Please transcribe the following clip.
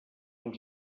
els